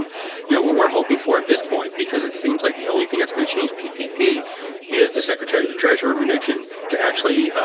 um you know what we're hoping for at this point, because it seems like the only thing that's going to change bpp is the secretary of the treasury manoogian to actually